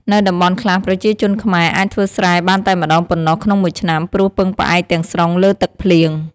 នៅតំបន់ខ្លះ ប្រជាជនខ្មែរអាចធ្វើស្រែបានតែម្ដងប៉ុណ្ណោះក្នុងមួយឆ្នាំ ព្រោះពឹងផ្អែកទាំងស្រុងលើទឹកភ្លៀង។